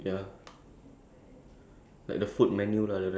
next one what genre of books do you like